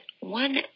one